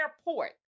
airport